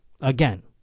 Again